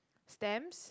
stamps